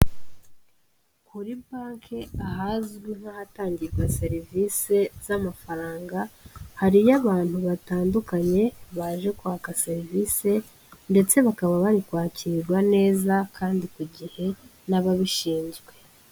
Kuri banki ahazwi nk'ahatangirwa serivisi z'amafaranga, hariyo abantu batandukanye baje kwaka serivisi ndetse bakaba bari kwakirwa neza kandi ku gihe n'ababishinzwe.